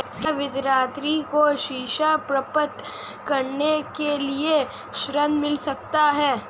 क्या विद्यार्थी को शिक्षा प्राप्त करने के लिए ऋण मिल सकता है?